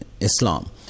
Islam